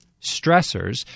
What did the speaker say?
stressors